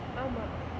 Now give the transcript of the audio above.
ஆமா:aamaa